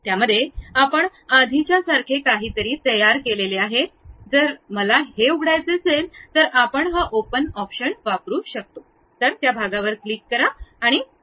त्यामध्ये आपण आधीच्यासारखे काहीतरी तयार केले आहे जर मला हे उघडायचे असेल तर आपण हा ओपन ऑप्शन वापरू शकतो त्या भागावर क्लिक करा आणि ते उघडा